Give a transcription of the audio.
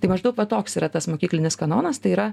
tai maždaug va toks yra tas mokyklinis kanonas tai yra